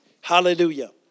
Hallelujah